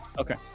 Okay